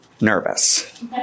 nervous